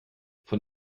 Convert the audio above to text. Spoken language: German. von